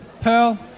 Pearl